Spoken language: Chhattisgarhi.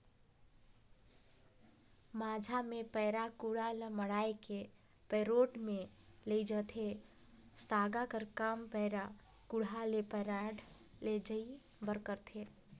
माझा मे पैरा कुढ़ा ल मढ़ाए के पैरोठ मे लेइजथे, सागा कर काम पैरा कुढ़ा ल पैरोठ लेइजे बर करथे